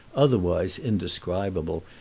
otherwise indescribable,